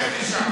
לך משם.